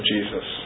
Jesus